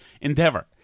endeavor